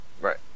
Right